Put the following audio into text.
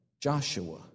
Joshua